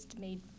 made